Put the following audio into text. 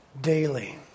daily